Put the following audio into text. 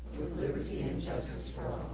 liberty and justice for